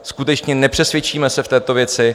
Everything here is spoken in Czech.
Skutečně, nepřesvědčíme se v této věci.